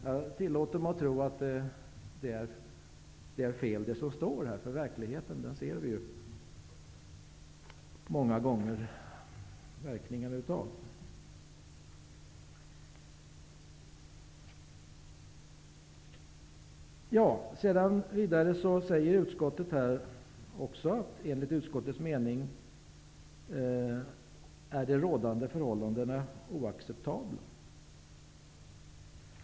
Jag tillåter mig att tro att det som står här är fel, för verkligheten ser vi många gånger verkningarna av. Utskottet säger vidare att de rådande förhållandena ''är oacceptabla''.